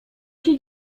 się